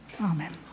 Amen